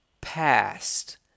past